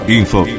info